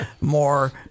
more